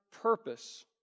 purpose